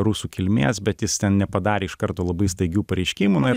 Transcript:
rusų kilmės bet jis ten nepadarė iš karto labai staigių pareiškimų na